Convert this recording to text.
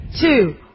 two